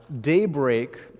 Daybreak